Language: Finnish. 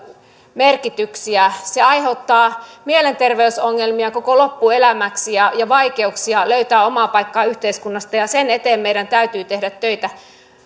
merkityksiä se aiheuttaa mielenterveysongelmia koko loppuelämäksi ja ja vaikeuksia löytää omaa paikkaa yhteiskunnasta ja siinä meidän täytyy tehdä töitä